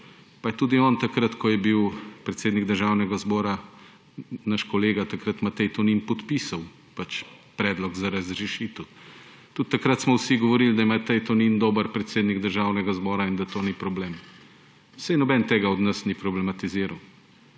Pa je tudi on takrat, ko je bil predsednik Državnega zbora takrat naš kolega Matej Tonin, podpisal predlog za razrešitev. Tudi takrat smo vsi govoril, da je Matej Tonin dober predsednik Državnega zbora in da to ni problem. Saj noben tega od nas ni problematiziral.